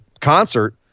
concert